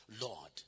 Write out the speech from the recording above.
lord